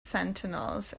sentinels